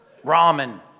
Ramen